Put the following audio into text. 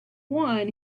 one